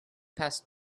past